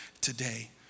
today